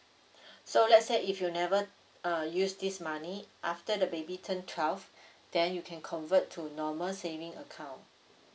so let's say if you never uh use this money after the baby turn twelve then you can convert to normal saving account